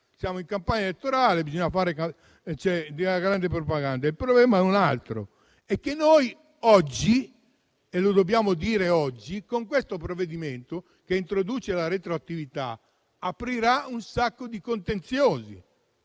siamo in campagna elettorale e bisognava fare una grande propaganda. Il problema è un altro: noi oggi - e lo dobbiamo dire - con questo provvedimento, che introduce la retroattività, daremo vita a molti contenziosi.